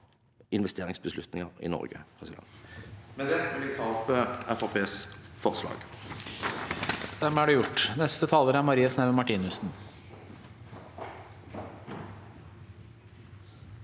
investeringsbeslutninger i Norge.